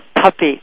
puppy